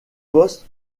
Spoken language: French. poste